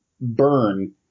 burn